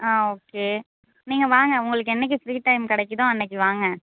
ஆ okay நீங்கள் வாங்க உங்களுக்கு என்னைக்கு ஃப்ரீ டைம் கிடைக்கிதோ அன்னைக்கு வாங்க